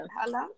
hello